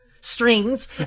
strings